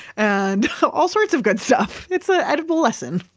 and all sorts of good stuff. it's a edible lesson